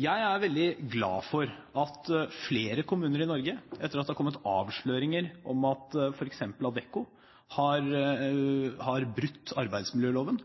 Jeg er veldig glad for at flere kommuner i Norge, etter at det har kommet avsløringer om at f.eks. Adecco har brutt arbeidsmiljøloven